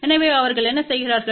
எனவே அவர்கள் என்ன செய்கிறார்கள்